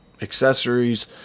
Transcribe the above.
accessories